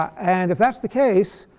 and if that's the case,